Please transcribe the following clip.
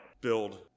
build